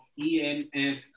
EMF